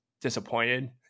disappointed